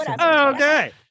Okay